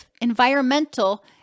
environmental